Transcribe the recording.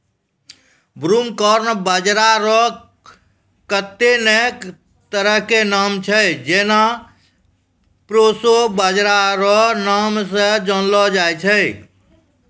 broomcorn बाजरा रो कत्ते ने तरह के नाम छै जेना प्रोशो बाजरा रो नाम से जानलो जाय छै